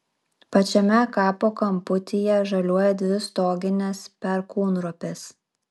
pačiame kapo kamputyje žaliuoja dvi stoginės perkūnropės